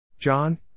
John